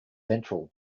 ventral